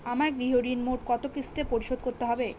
আমার গৃহঋণ মোট কত কিস্তিতে পরিশোধ করতে হবে?